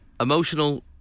Emotional